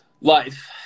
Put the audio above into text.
life